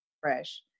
Fresh